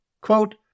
Quote